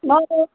ನಾವು